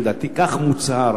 ולדעתי כך מוצהר,